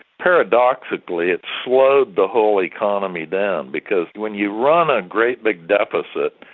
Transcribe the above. paradoxically, it slowed the whole economy down. because when you run a great big deficit,